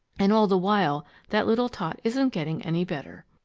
and all the while that little tot isn't getting any better.